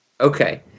Okay